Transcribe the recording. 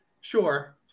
Sure